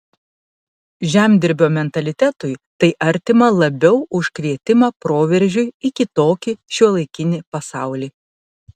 žemdirbio mentalitetui tai artima labiau už kvietimą proveržiui į kitokį šiuolaikinį pasaulį